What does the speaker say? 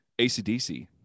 ACDC